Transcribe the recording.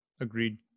Agreed